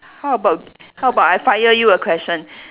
how about how about I fire you a question